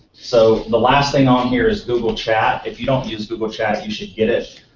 so, the last thing on here is google chat. if you don't use google chat, you should get it.